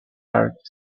arc